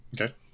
Okay